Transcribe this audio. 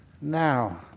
now